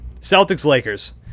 Celtics-Lakers